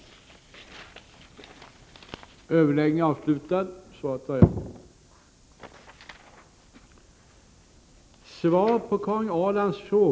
17 januari 1985